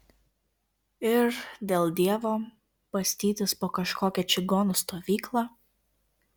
ir dėl dievo bastytis po kažkokią čigonų stovyklą